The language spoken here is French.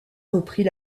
reprit